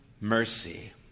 mercy